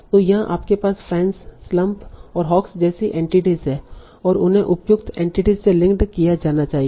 तो यहां आपके पास फेन्स स्लंप और हॉक्स जैसी एंटिटीस हैं और उन्हें उपयुक्त एंटिटीस से लिंक्ड किया जाना चाहिए